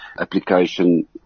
application